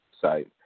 site